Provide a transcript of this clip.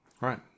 Right